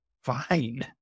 fine